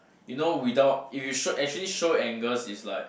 you know without you you show actually show angers is like